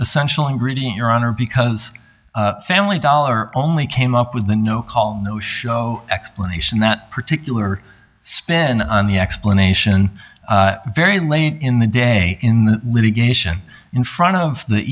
essential ingredient your honor because family dollar only came up with the no call no show explanation that particular spin on the explanation very late in the day in the litigation in front of the